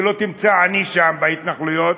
לא תמצא עני שם, בהתנחלויות,